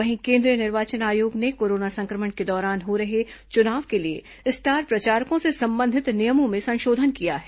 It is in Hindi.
वहीं केन्द्रीय निर्वाचन आयोग ने कोरोना संक्रमण के दौरान हो रहे चुनाव के लिए स्टार प्रचारकों से संबंधित नियमों में संशोधन किया है